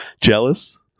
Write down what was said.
jealous